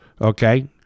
Okay